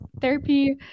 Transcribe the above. therapy